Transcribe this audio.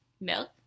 milk